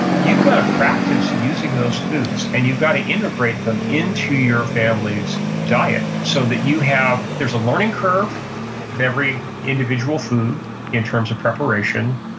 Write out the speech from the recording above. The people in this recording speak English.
you've got to practice using those foods, and you've got to integrate them into your family's diet so that you have, there's a learning curve with every individual food in terms of preparation,